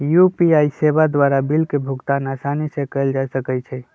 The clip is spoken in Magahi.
यू.पी.आई सेवा द्वारा बिल के भुगतान असानी से कएल जा सकइ छै